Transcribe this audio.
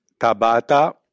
Tabata